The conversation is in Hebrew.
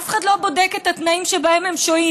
אף אחד לא בודק את התנאים שבהם הם שוהים.